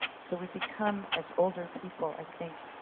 so we become as older people, i think,